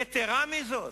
יתירה מזאת,